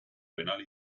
penal